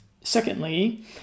Secondly